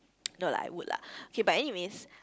no lah I would lah K but anyways